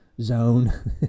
zone